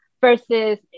versus